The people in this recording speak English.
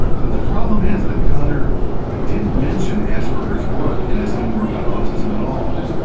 but the problem is that kanner didn't mention asperger's work in his own work on autism at all,